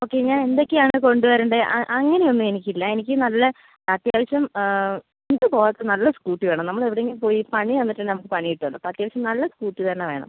okay ഞാൻ എന്തൊക്കെയാണ് കൊണ്ടുവരേണ്ടത് അങ്ങനെയൊന്നും എനിക്കില്ല എനിക്ക് നല്ല അത്യാവശ്യം ഉരുണ്ടു പോകാത്ത നല്ല സ്കൂട്ടി വേണം നമ്മൾ എവിടെയെങ്കിലും പോയി പണി തന്നിട്ടുണ്ടെങ്കിൽ നമുക്ക് പണി കിട്ടുമല്ലോ അപ്പോൾ അത്യാവശ്യം നല്ല സ്കൂട്ടി തന്നെ വേണം